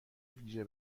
ویژه